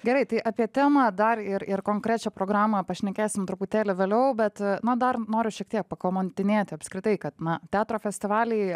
gerai tai apie temą dar ir ir konkrečią programą pašnekėsim truputėlį vėliau bet na dar noriu šiek tiek pakamantinėti apskritai kad na teatro festivaliai